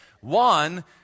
One